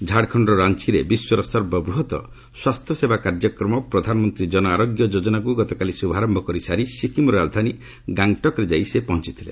ଝାଡ଼ଖଣ୍ଡର ରାଞ୍ଚିରେ ବିଶ୍ୱର ସର୍ବବୃହତ ସ୍ୱାସ୍ଥ୍ୟସେବା କାର୍ଯ୍ୟକ୍ରମ ପ୍ରଧାନମନ୍ତ୍ରୀ ଜନ ଆରୋଗ୍ୟ ଯୋଜନାକୁ ଗତକାଲି ଶୁଭାରମ୍ଭ କରିସାରି ସିକ୍କିମର ରାଜଧାନୀ ଗାଙ୍ଗ୍ଟକରେ ଯାଇ ପହଞ୍ଚିଥିଲେ